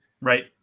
Right